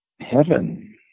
heaven